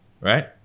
right